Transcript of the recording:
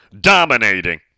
Dominating